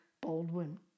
Baldwin